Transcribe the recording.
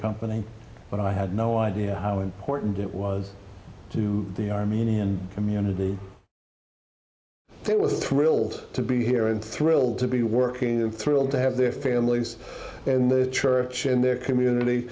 company but i had no idea how important it was to the armenian community it was thrilled to be here and thrilled to be working and thrilled to have their families and the church and their community